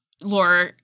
Laura